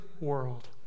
world